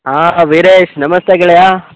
ಹಾಂ ವೀರೇಶ್ ನಮಸ್ತೆ ಗೆಳೆಯ